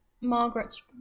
Margaret's